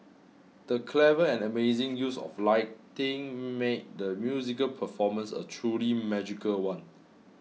the clever and amazing use of lighting made the musical performance a truly magical one